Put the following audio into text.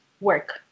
work